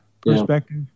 perspective